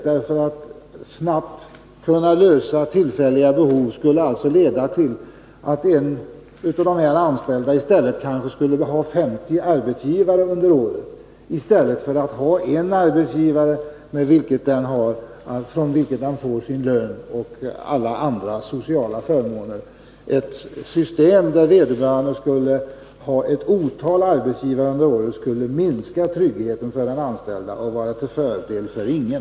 Företagens behov av att snabbt kunna anlita tillfällig personal skulle alltså leda till att en person kanske skulle ha 50 arbetsgivare under året istället för en arbetsgivare från vilken vederbörande får sin lön och alla andra sociala förmåner. Ett system där de anställda skulle ha ett otal arbetsgivare under året skulle minska de anställdas trygghet och vara till fördel för ingen.